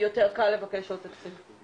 יותר קל לבקש עוד תקציב.